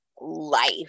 life